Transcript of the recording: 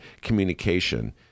communication